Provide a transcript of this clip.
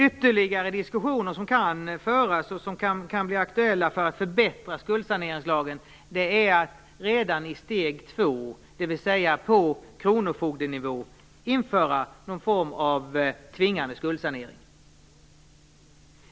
Ytterligare diskussioner som kan bli aktuella för att förbättra skuldsaneringslagen är att redan i steg 2, dvs. på kronofogdenivå, införa någon form av tvingande skuldsanering.